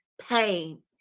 pain